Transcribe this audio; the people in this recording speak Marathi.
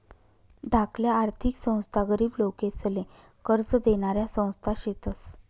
धाकल्या आर्थिक संस्था गरीब लोकेसले कर्ज देनाऱ्या संस्था शेतस